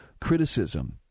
criticism